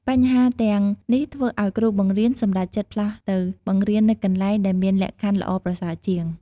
បញ្ហាទាំងនេះធ្វើឲ្យគ្រូបង្រៀនសម្រេចចិត្តផ្លាស់ទៅបង្រៀននៅកន្លែងដែលមានលក្ខខណ្ឌល្អប្រសើរជាង។